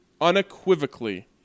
unequivocally